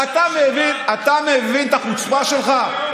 אתה מבין את החוצפה שלך?